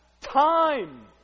time